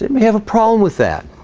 and we have a problem with that